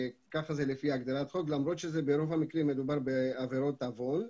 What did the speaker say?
כך זה לפי הגדרת החוק למרות שברוב המקרים מדובר בעבירות עוון,